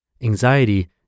Anxiety